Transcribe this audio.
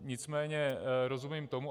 Nicméně rozumím tomu.